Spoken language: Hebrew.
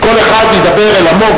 כל אחד ידבר על עמו,